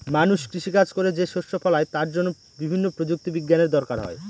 মানুষ কৃষি কাজ করে যে শস্য ফলায় তার জন্য বিভিন্ন প্রযুক্তি বিজ্ঞানের দরকার হয়